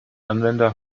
anwender